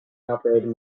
operated